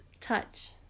touch